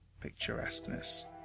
picturesqueness